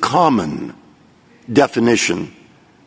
common definition